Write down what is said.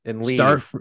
Start